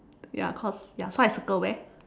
ya cause ya so I circle where